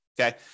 Okay